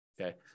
Okay